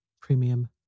Premium